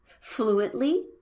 Fluently